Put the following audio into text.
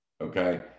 okay